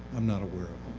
i'm not aware of